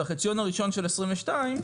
והחציון הראשון של 2022,